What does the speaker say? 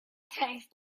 tastes